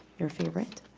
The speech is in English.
their favorite.